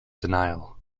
denial